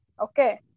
Okay